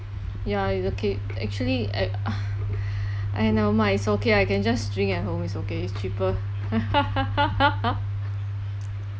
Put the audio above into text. ya it's okay actually ah never mind is okay I can just drink at home is okay is cheaper